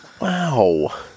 Wow